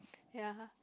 ya